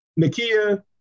Nakia